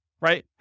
Right